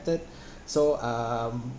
so um